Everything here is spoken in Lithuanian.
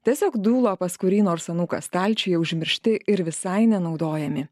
tiesiog dūla pas kurį nors anūką stalčiuje užmiršti ir visai nenaudojami